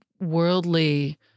worldly